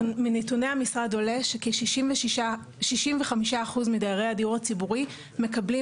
מנתוני המשרד עולה שכ-65% מדיירי הדיור הציבורי מקבלים